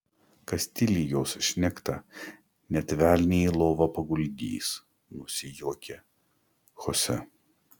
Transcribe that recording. kastilijos šnekta net velnią į lovą paguldys nusijuokė chose